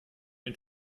den